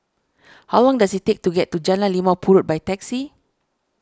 how long does it take to get to Jalan Limau Purut by taxi